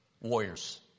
warriors